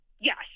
Yes